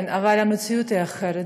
אבל המציאות היא אחרת.